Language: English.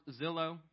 Zillow